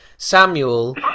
Samuel